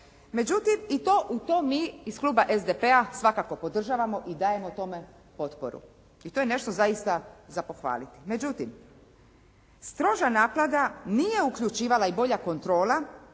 Međutim i to mi iz kluba SDP-a svakako podržavamo i dajemo tome potporu i to je nešto zaista za pohvaliti. Međutim, stroža naklada nije uključivala i bolja kontrola,